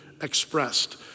expressed